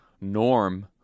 norm